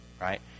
right